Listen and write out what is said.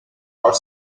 are